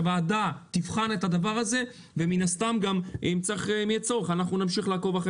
הוועדה תבחן את הדבר הזה ומן הסתם אם יהיה צורך אנחנו נמשיך לעקוב.